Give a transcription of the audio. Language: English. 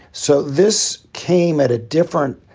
so this came at a different